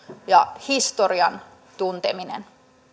ja historian tunteminen